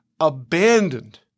abandoned